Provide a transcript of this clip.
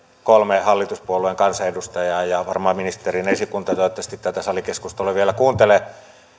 kolme hallituspuolueen kansanedustajaa ja ministerin esikunta toivottavasti tätä salikeskustelua vielä kuuntelee